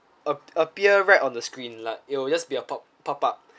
appe~ appear right on the screen lah it'll just be a pop pop up